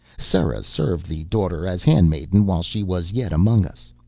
sera served the daughter as handmaiden while she was yet among us.